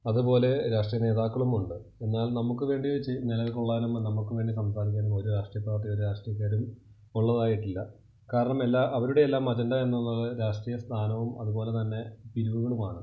അതുപോലെ രാഷ്ട്രീയ നേതാക്കളുമുണ്ട് എന്നാൽ നമുക്ക് വേണ്ടി നിലകൊള്ളാനും നമുക്ക് വേണ്ടി സംസാരിക്കാനും ഒരു രാഷ്ട്രീയപാർട്ടിയും രാഷ്ട്രീയക്കാരും ഉള്ളതായിട്ടില്ല കാരണം എല്ലാ അവരുടെ എല്ലാം അജണ്ട എന്നത് രാഷ്ട്രീയ സ്ഥാനവും അതുപോലെ തന്നെ പിരിവുകളുമാണ്